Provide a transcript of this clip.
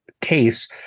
case